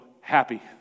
happy